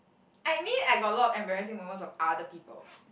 I mean I got a lot of embarrassing moments of other people